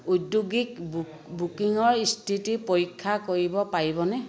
ঔদ্যোগিক বুকিঙৰ স্থিতি পৰীক্ষা কৰিব পাৰিবনে